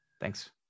Thanks